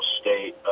State